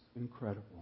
incredible